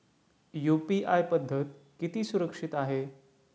UPI पद्धत किती सुरक्षित आहे?